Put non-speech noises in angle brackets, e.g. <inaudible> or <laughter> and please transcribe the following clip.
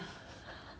<breath>